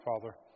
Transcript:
Father